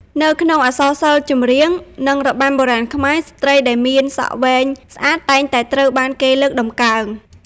នៅក្នុងអក្សរសិល្ប៍ ចម្រៀង និងរបាំបុរាណខ្មែរ ស្ត្រីដែលមានសក់វែងស្អាតតែងតែត្រូវបានគេលើកតម្កើង។